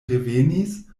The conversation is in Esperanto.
revenis